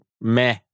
meh